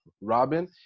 robin